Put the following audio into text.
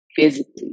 physically